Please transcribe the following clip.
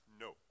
No